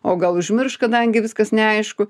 o gal užmirš kadangi viskas neaišku